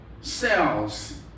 cells